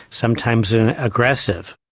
sometimes aggressive.